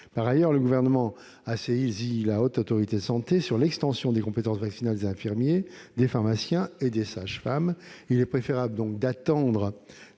Par ailleurs, le Gouvernement a saisi la Haute Autorité de santé de l'extension des compétences vaccinales des infirmiers, des pharmaciens et des sages-femmes. Il est préférable d'attendre